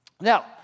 Now